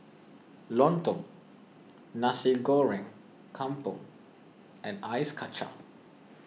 Lontong Nasi Goreng Kampung and Ice Kachang